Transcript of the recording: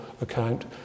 account